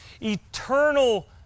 eternal